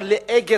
לועגת,